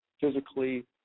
Physically